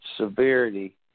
severity